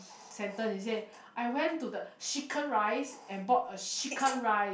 sentence he say I went to the chicken rice and bought a chicken rice